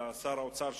ושר האוצר,